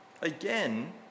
Again